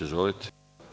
Izvolite.